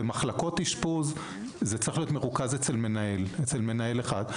במחלקות אשפוז זה צריך להיות מרוכז אצל מנהל אחד.